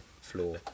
floor